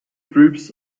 groups